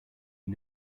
you